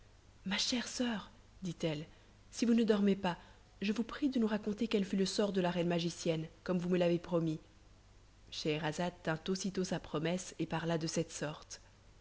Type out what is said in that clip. ma chère soeur dit-elle si vous ne dormez pas je vous prie de nous raconter quel fut le sort de la reine magicienne comme vous me l'avez promis scheherazade tint aussitôt sa promesse et parla de cette sorte